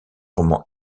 roman